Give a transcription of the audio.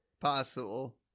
possible